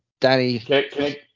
Danny